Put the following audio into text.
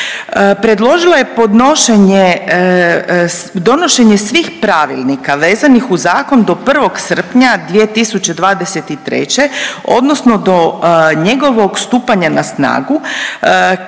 podnošenje, donošenje svih pravilnika vezanih uz zakon do 1. srpnja 2023. odnosno do njegovog stupanja na snagu